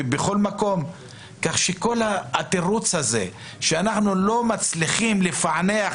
כך שלא קיים כל התירוץ הזה שאנחנו לא מצליחים לפענח